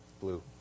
Blue